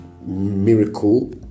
miracle